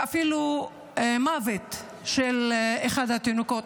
ואפילו מוות של אחד התינוקות,